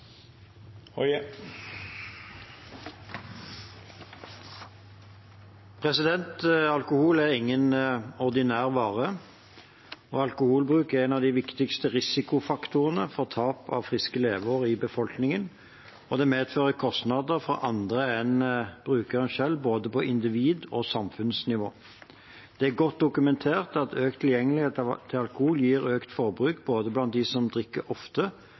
raskt. Alkohol er ingen ordinær vare, og alkoholbruk er en av de viktigste risikofaktorene for tap av friske leveår i befolkningen. Det medfører kostnader for andre enn brukeren selv, både på individ- og samfunnsnivå. Det er godt dokumentert at økt tilgjengelighet til alkohol gir økt forbruk, både blant dem som drikker ofte,